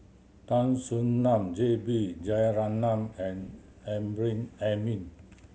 Tan Soo Nan J B Jeyaretnam and Amrin Amin